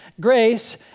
Grace